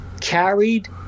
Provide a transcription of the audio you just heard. carried